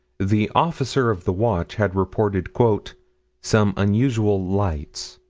the officer of the watch had reported some unusual lights.